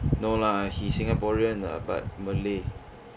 no lah he singaporean lah but malay